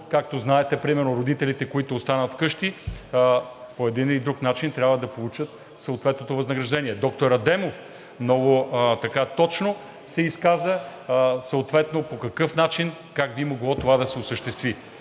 както знаете, примерно, родителите, които останат вкъщи по един или друг начин трябва да получат съответното възнаграждение. Доктор Адемов, много точно се изказа съответно по какъв начин и как би могло това да се осъществи.